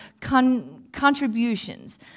contributions